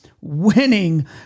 winning